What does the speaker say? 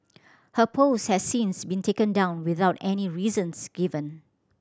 her post has since been taken down without any reasons given